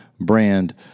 brand